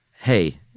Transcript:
hey